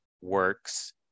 works